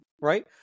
right